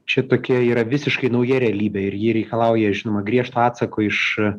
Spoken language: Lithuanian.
čia tokia yra visiškai nauja realybė ir ji reikalauja žinoma griežto atsako iš